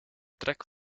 trek